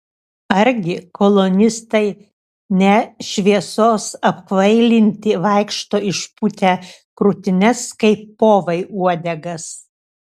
argi kolonistai ne šviesos apkvailinti vaikšto išpūtę krūtines kaip povai uodegas